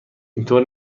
اینطور